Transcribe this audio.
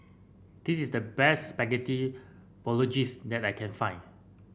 this is the best Spaghetti Bolognese that I can find